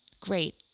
Great